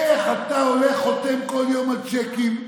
איך אתה הולך, חותם כל יום על צ'קים,